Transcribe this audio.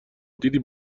دیدی